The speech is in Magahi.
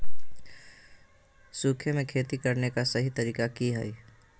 सूखे में खेती करने का सही तरीका की हैय?